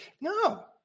No